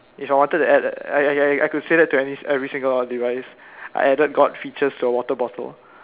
if I wanted to add I I could say that to any every single device I added god features to a water bottle